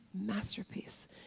masterpiece